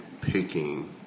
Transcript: picking